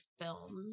film